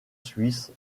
suisse